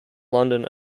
london